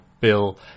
Bill